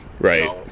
Right